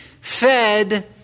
fed